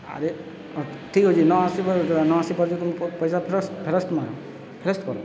ଆରେ ଠିକ୍ ଅଛି ନ ଆସି ନ ଆସିପାରୁଛ ତ ମୋ ପଇସା ଫେରସ୍ତ ମାର ଫେରସ୍ତ କର